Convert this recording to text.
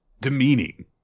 demeaning